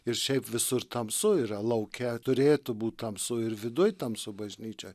ir šiaip visur tamsu yra lauke turėtų būti tamsu ir viduj tamsu bažnyčioj